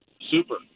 Super